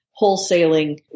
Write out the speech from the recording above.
wholesaling